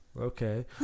Okay